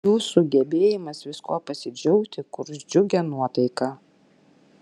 jūsų gebėjimas viskuo pasidžiaugti kurs džiugią nuotaiką